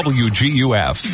wguf